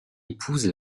épouse